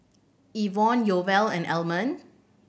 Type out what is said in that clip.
Ivonne Yoel and Almond